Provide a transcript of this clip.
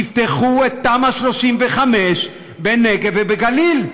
תפתחו את תמ"א 35 בנגב ובגליל,